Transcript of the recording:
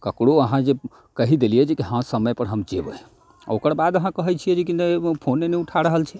ककरो अहाँ जे कहि देलिए जेकि हँ समयपर हम जेबै आओर ओकर बाद अहाँ कहै छिए जेकि नहि फोने नहि उठा रहल छै